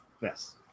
Yes